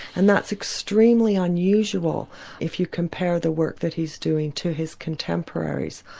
and that's extremely unusual if you compare the work that he's doing to his contemporaries,